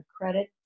credit